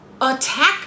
attack